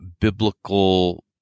biblical